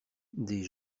des